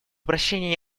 прощения